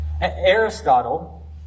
Aristotle